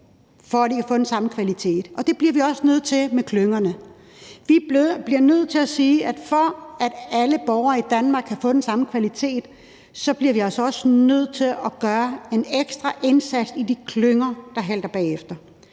så de kan få den samme kvalitet. Det bliver vi også nødt til med klyngerne. Vi bliver nødt til at sige, at for at alle borgere i Danmark kan få den samme kvalitet, så bliver vi altså også nødt til at gøre en ekstra indsats i de klynger, der halter bagefter.